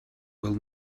will